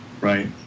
Right